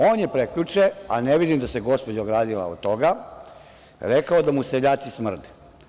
On je prekjuče, a ne vidim da se gospođa ogradila od toga, rekao da mu seljaci smrde.